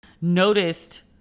noticed